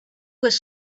was